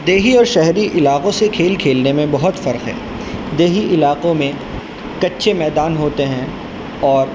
دیہی اور شہری علاقوں سے کھیل کھیلنے میں بہت فرق ہے دیہی علاقوں میں کچے میدان ہوتے ہیں اور